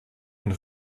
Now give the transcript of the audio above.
und